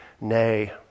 Nay